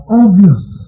obvious